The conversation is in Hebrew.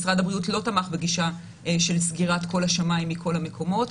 משרד הבריאות לא תמך בגישה של סגירת כל השמים מכל המקומות,